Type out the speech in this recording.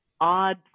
odd